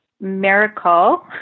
miracle